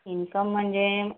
income म्हणजे